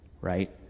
right